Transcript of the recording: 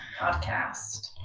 podcast